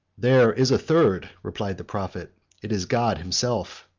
there is a third, replied the prophet it is god himself.